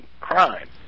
crime